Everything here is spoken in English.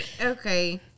okay